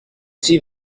see